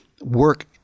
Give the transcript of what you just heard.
work